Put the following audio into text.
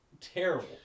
terrible